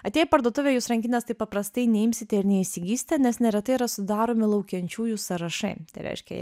atėję į parduotuvę jūs rankinės taip paprastai neimsite ir neįsigysite nes neretai yra sudaromi laukiančiųjų sąrašai tai reiškia